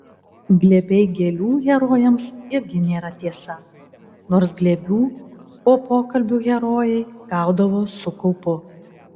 glėbiai gėlių herojams irgi nėra tiesa nors glėbių po pokalbių herojai gaudavo su kaupu